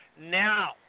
Now